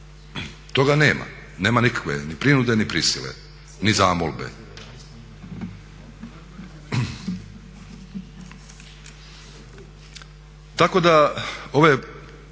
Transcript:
Toga nema, nema nikakve ni prinude ni prisile ni zamolbe.